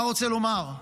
מה רוצה לומר?